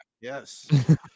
Yes